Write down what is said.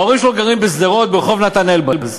ההורים שלו גרים בשדרות, ברחוב נתן אלבז.